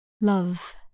Love